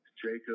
Jacob